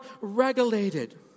regulated